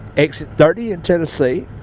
exit thirty in tennessee,